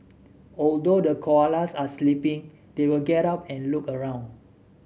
although the koalas are sleeping they will get up and look around